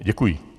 Děkuji.